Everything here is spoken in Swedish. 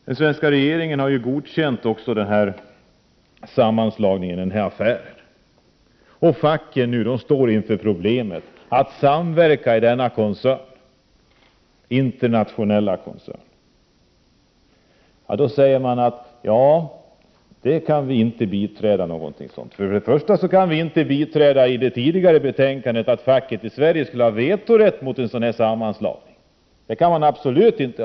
Den svenska regeringen har godkänt också denna affär och facket står inför problemet att samverka inom denna internationella koncern. I det förra betänkandet kunde man inte gå med på att facket i Sverige skulle ha vetorätt mot en sådan sammanslagning. Absolut inte.